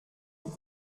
vous